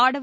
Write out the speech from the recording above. ஆடவர்